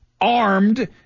armed